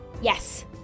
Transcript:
Yes